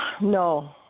No